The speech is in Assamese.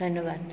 ধন্যবাদ